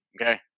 Okay